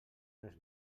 res